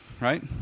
right